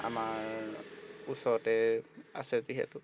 আমাৰ ওচৰতে আছে যিহেতু